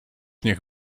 niech